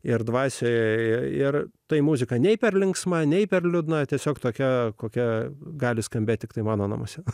ir dvasioje ir tai muzika nei per linksma nei per liūdna tiesiog tokia kokia gali skambėti tiktai mano namuose